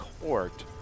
court